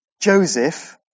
Joseph